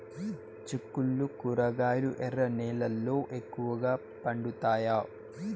చిక్కుళ్లు కూరగాయలు ఎర్ర నేలల్లో ఎక్కువగా పండుతాయా